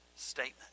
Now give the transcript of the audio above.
Statement